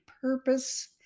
purpose